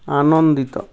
ଆନନ୍ଦିତ